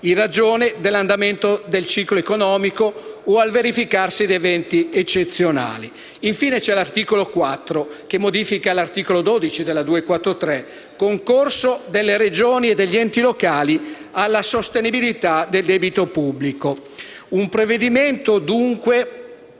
in ragione dell'andamento del ciclo economico o al verificarsi di eventi eccezionali. Infine, c'è l'articolo 4, che modifica l'articolo 12 della legge n. 243 (Concorso delle regioni e degli enti locali alla sostenibilità del debito pubblico). Si tratta, dunque,